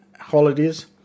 holidays